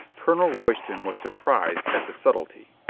colonel royston was sur prised at the subtlety,